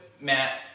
Matt